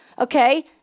okay